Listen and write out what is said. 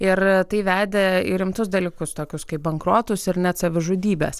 ir tai vedė į rimtus dalykus tokius kaip bankrotus ir net savižudybes